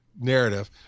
narrative